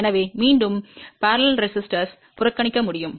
எனவே மீண்டும் இணை மின்தடையத்தை புறக்கணிக்க முடியும்